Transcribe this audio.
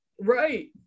Right